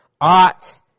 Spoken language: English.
ought